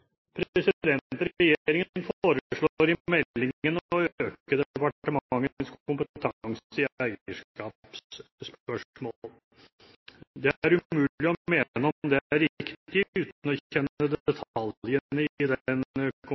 å øke departementets kompetanse i eierskapsspørsmål. Det er umulig å mene om det er riktig uten å kjenne detaljene i